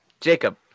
Jacob